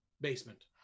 basement